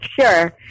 Sure